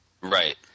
Right